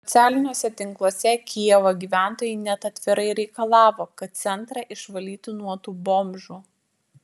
socialiniuose tinkluose kijevo gyventojai net atvirai reikalavo kad centrą išvalytų nuo tų bomžų